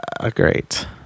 Great